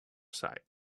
side